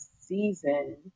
season